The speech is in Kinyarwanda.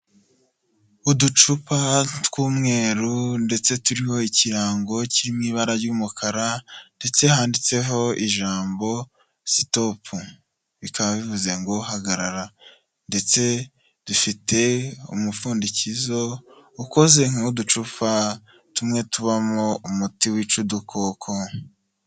Uducupa tw'umweru ndetse turiho ikirango kiriri mu ibara ry'umukara, ndetse handitseho ijambo sitopu bikaba bivuze ngo hagarara, ndetse dufite umupfundikizo dukoze nk'uducupa tumwe tubamwo umuti wica udukoko.